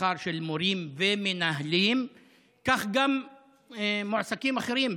שכר המורים והמנהלים וגם מועסקים אחרים,